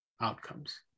outcomes